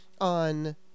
on